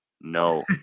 No